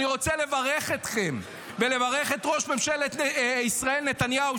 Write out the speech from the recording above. אני רוצה לברך אתכם ולברך את ראש ממשלת ישראל נתניהו,